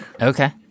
Okay